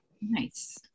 Nice